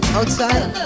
outside